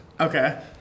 Okay